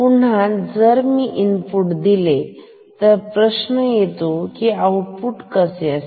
पुन्हा जर मी इनपुट दिले प्रश्न येतो की आउटपुट के असेल